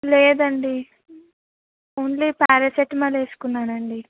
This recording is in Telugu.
లేదండి ఓన్లీ ప్యారాసెటమాల్ వేసుకున్నానండి